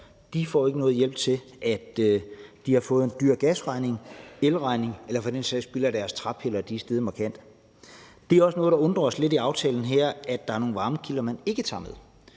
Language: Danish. de ikke noget hjælp til en dyr gasregning, elregning eller for den sags skyld til deres træpiller, selv om de er steget markant. Det er også noget, der undrer os lidt, at der er nogle varmekilder, man ikke tager med